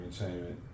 Entertainment